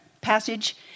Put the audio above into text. passage